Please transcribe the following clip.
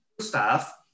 staff